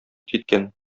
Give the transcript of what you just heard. киткән